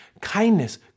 kindness